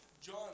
John